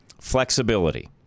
flexibility